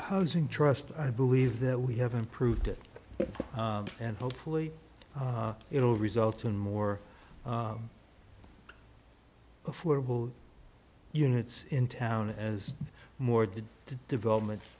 housing trust i believe that we have improved it and hopefully it will result in more affordable units in town as more did development